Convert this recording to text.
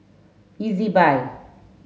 easy buy